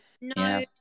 no